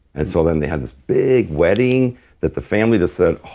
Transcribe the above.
and so then they had this big wedding that the family just said,